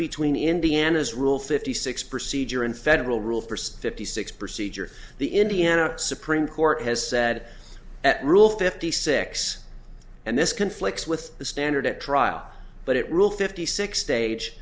between indiana's rule fifty six procedure and federal rule first fifty six procedure the indiana supreme court has said at rule fifty six and this conflicts with the standard at trial but it rule fifty six stage